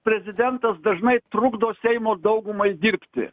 prezidentas dažnai trukdo seimo daugumai dirbti